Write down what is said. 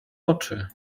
oczy